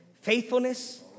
faithfulness